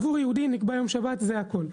עבור יהודי נקבע יום שבת, זה הכל.